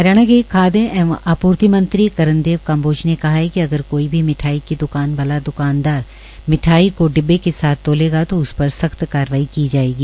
हरियाणा खादय नागरिक आपूर्ति मंत्री श्री कर्णदेव कांबोज ने कहा कि यदि कोई भी मिठाई की द्वकान वाला द्वकानदार मिठाई को डिब्बे के साथ तोलेगा तो उस पर सख्त कार्रवाई की जाएगी